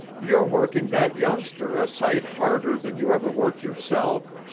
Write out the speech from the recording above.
you're working that youngster a sight harder than you ever worked yourself.